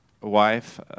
wife